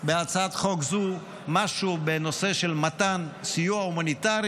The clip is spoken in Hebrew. בהצעת חוק זו משהו בנושא של מתן סיוע הומניטרי